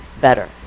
better